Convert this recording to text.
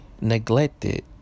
neglected